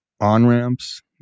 on-ramps